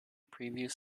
previous